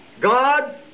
God